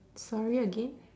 sorry again